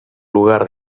lugar